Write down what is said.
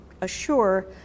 assure